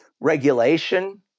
regulation